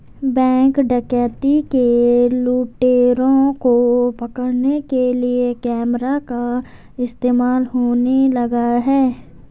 Bank डकैती के लुटेरों को पकड़ने के लिए कैमरा का इस्तेमाल होने लगा है?